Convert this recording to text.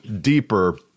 deeper